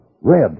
Red